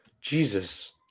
Jesus